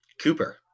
Cooper